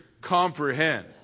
comprehend